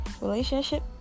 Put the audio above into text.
relationship